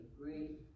great